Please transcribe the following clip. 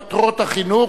מטרות החינוך),